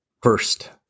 first